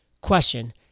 Question